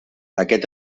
aquest